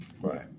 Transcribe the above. Right